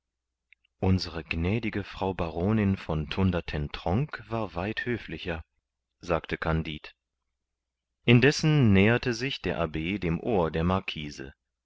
unsere gnädige frau baronin von thundertentronckh war weit höflicher kandid indessen näherte sich der abb dem ohr der marquise